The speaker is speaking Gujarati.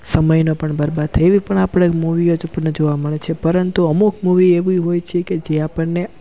સમયનો પણ બરબાદ થાય એવી પણ આપણે મૂવી હોય તો આપણને જોવા મળે છે પરંતુ અમુક મૂવી એવી હોય છેકે જે આપણને